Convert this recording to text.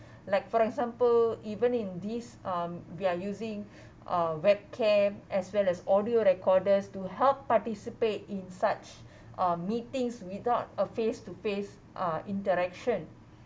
like for example even in these um we're using uh web cam as well as audio recorders to help participate in such uh meetings without a face to face uh interaction